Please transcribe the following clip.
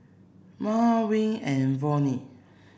Miah Wright and Vonnie